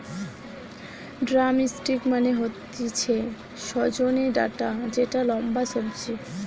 drumstick মানে হতিছে সজনে ডাটা যেটা লম্বা সবজি